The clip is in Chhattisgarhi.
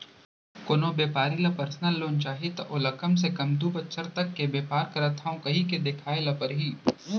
कोनो बेपारी ल परसनल लोन चाही त ओला कम ले कम दू बछर तक के बेपार करत हँव कहिके देखाए ल परही